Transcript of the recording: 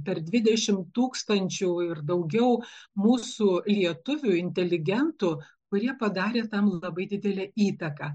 per dvidešimt tūkstančių ir daugiau mūsų lietuvių inteligentų kurie padarė tam labai didelę įtaką